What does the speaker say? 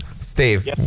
Steve